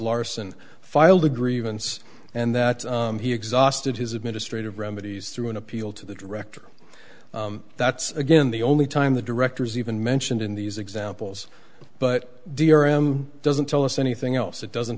larson filed a grievance and that he exhausted his administrative remedies through an appeal to the director that's again the only time the directors even mentioned in these examples but dram doesn't tell us anything else it doesn't